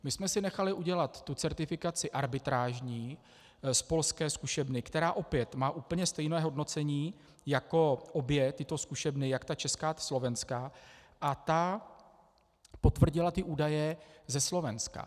My jsme si nechali udělat certifikaci arbitrážní z polské zkušebny, která opět má úplně stejné hodnocení jako obě tyto zkušebny, jak ta česká, tak ta slovenská, a ta potvrdila údaje ze Slovenska.